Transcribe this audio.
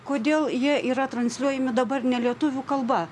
kodėl jie yra transliuojami dabar ne lietuvių kalba